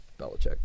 Belichick